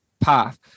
Path